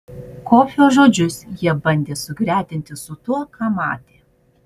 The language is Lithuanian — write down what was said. kofio žodžius jie bandė sugretinti su tuo ką matė